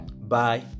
Bye